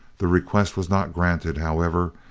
the request was not granted, however,